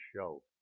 show